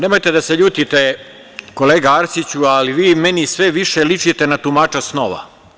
Nemojte da se ljutite, kolega Arsiću, ali vi meni sve više ličite na tumača snova.